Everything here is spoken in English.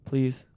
Please